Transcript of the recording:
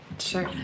Sure